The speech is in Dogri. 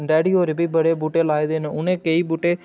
डैडी होर बी बड़े बूह्टे लाए दे न उ'नें केईं बूह्टे